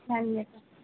سلام علیکم